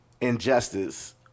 injustice